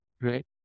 right